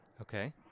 Okay